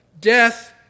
Death